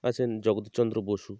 আছেন জগদীশচন্দ্র বসু